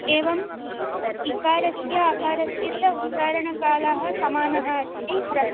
एवम् इकारस्य अकारस्य च उच्चारणकालः समानः अस्ति ह्रस्